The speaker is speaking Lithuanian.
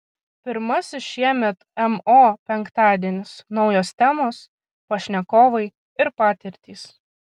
pirmasis šiemet mo penktadienis naujos temos pašnekovai ir patirtys